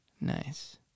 Nice